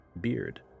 beard